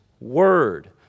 Word